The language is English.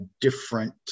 different